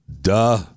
Duh